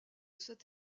cette